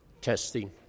testing